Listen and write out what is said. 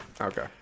Okay